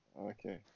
okay